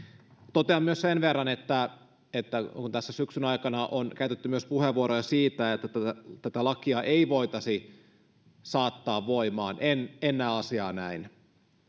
totean myös sen verran että että kun tässä syksyn aikana on käytetty myös puheenvuoroja siitä että tätä tätä lakia ei voitaisi saattaa voimaan en näe asiaa näin